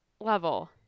level